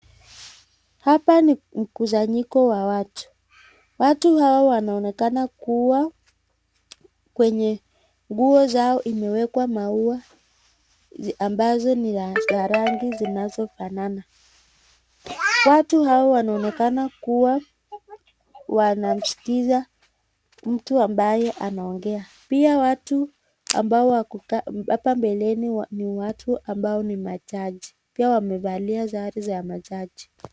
Hapa ni mkusanyiko wa watu. Watu hawa wanaonekana kuwa kwenye nguo zao imewekwa maua ambazo ni za rangi zinazofanana. Watu hawa wanaonekana kuwa wanamskiza mtu ambaye anaongea pia watu ambao wako hapa mbeleni ,ni watu ambao ni majaji. Pia wamevalia sare za majaji.